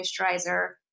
moisturizer